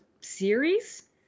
series